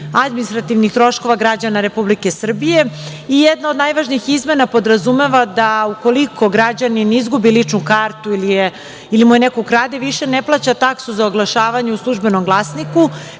administrativnih troškova građana Republike Srbije. Jedna od najvažnijih izmena podrazumeva da ukoliko građanin izgubi ličnu kartu ili mu je neko ukrade, više ne plaća taksu za oglašavanje u "Službenom glasniku",